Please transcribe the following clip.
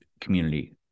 community